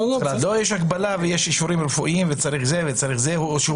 לא שיש הגבלה ואישורים רפואיים וצריך להצהיר.